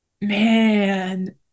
Man